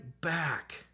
back